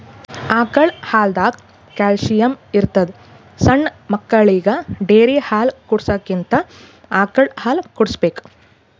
ಆಕಳ್ ಹಾಲ್ದಾಗ್ ಕ್ಯಾಲ್ಸಿಯಂ ಇರ್ತದ್ ಸಣ್ಣ್ ಮಕ್ಕಳಿಗ ಡೇರಿ ಹಾಲ್ ಕುಡ್ಸಕ್ಕಿಂತ ಆಕಳ್ ಹಾಲ್ ಕುಡ್ಸ್ಬೇಕ್